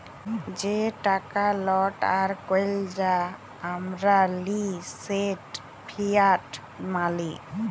যে টাকা লট আর কইল যা আমরা লিই সেট ফিয়াট মালি